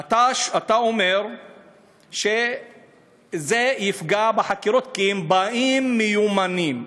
אתה אומר שזה יפגע בחקירות, כי הם באים מיומנים.